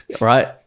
right